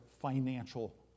financial